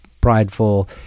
prideful